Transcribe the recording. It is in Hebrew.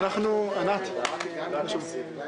הישיבה נעולה.